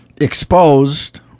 exposed